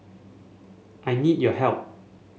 I need your help